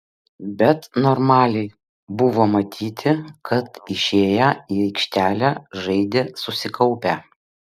bet normaliai buvo matyti kad išėję į aikštelę žaidė susikaupę